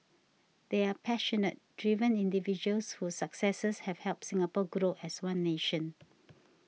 they are passionate driven individuals whose successes have helped Singapore grow as one nation